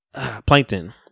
plankton